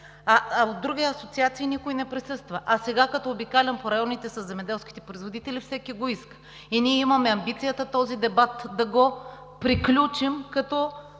от други асоциации никой не присъства, а сега, като обикалям по районите със земеделските производители, всеки го иска. Ние имаме амбицията този дебат да го приключим, като